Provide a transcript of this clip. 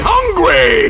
Hungry